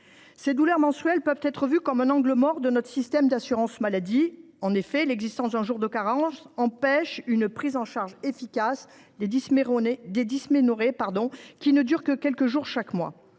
Les douleurs menstruelles peuvent être vues comme un angle mort de notre système d’assurance maladie. En effet, l’existence d’un jour de carence empêche une prise en charge efficace des dysménorrhées, qui ne durent que quelques jours chaque mois.